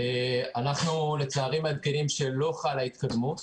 אנחנו לצערי מעדכנים שלא חלה התקדמות,